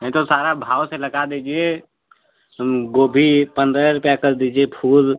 नहीं तो सारा भाव से लगा दीजिए गोभी पन्द्रह रुपया कर दीजिए फूल